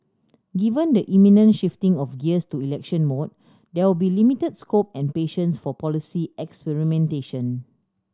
given the imminent shifting of gears to election mode there will be limited scope and patience for policy experimentation